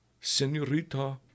Senorita